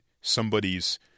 somebody's